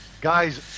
guys